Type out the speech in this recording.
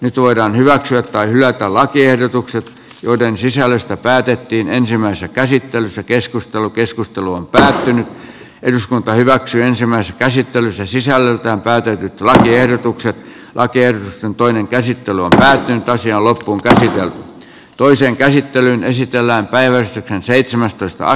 nyt voidaan hyväksyä tai hylätä lakiehdotukset joiden sisällöstä päätettiin ensimmäisessä käsittelyssä keskustelu keskustelu on pysähtynyt eduskunta hyväksyy ensimmäistä käsittelyssä sisällöltään väitetyt lahjehdotukset vaikkei toinen käsittely on päättynyt ja lopulta toisen käsittelyn esitellä päivän seitsemästoista